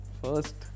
first